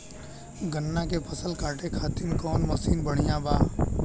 गन्ना के फसल कांटे खाती कवन मसीन बढ़ियां बा?